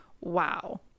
Wow